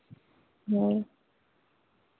ᱦᱳᱭ